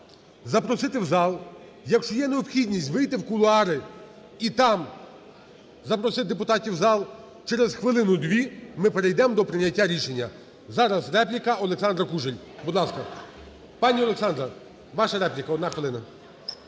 запросити в зал, якщо є необхідність – вийти в кулуари і там запросити депутатів в зал. Через хвилину-дві ми перейдемо до прийняття рішення. Зараз репліка. Олександра Кужель, будь ласка. Пані Олександра, ваша репліка, одна хвилина.